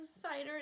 cider